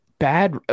bad